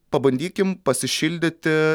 pabandykim pasišildyti